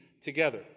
together